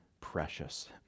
precious